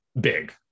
big